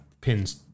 pins